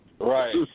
Right